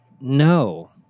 No